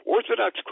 Orthodox